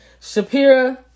Shapira